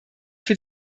für